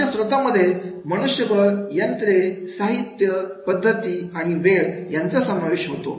अशा स्त्रोतांमध्ये मनुष्यबळ यंत्रे साहित्य पैसा पद्धती आणि वेळ यांचा समावेश होतो